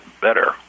better